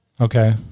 Okay